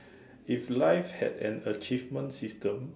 if life had an achievement system